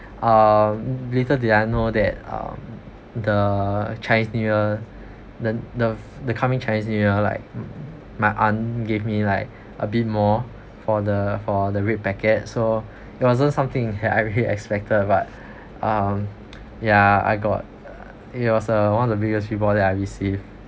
um little did I know that uh the chinese new year th~ th~ f~ the coming chinese new year like my aunt gave me like a bit more for the for the red packet so it wasn't something that I really expected but um ya I got it was a one of the biggest reward that I received